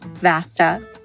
VASTA